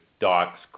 docs